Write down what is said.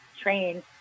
train